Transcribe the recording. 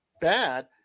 bad